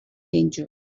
danger